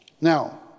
Now